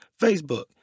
Facebook